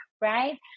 right